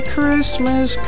Christmas